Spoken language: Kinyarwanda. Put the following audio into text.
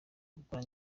gukora